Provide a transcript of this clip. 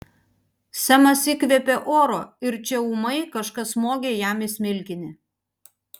semas įkvėpė oro ir čia ūmai kažkas smogė jam į smilkinį